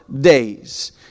days